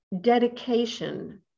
dedication